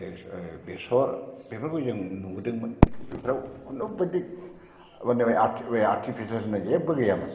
बेसर बेफोरखौ जों नुबोदोंमोन बेफ्राव खुनुबायदि माने बे आरटिफिसियेल होननाय जेबो गैयामोन